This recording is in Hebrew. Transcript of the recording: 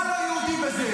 מה לא יהודי בזה?